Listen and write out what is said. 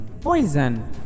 poison